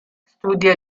studia